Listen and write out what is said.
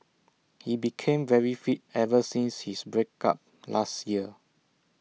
he became very fit ever since his break up last year